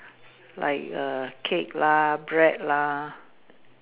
like err cake lah bread lah